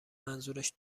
منظورش